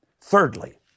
Thirdly